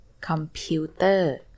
Computer